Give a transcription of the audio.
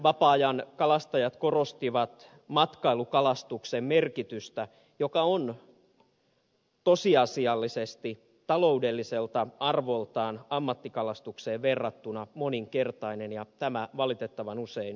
vapaa ajankalastajat korostivat matkailukalastuksen merkitystä joka on tosiasiallisesti taloudelliselta arvoltaan ammattikalastukseen verrattuna moninkertainen ja tämä valitettavan usein unohtuu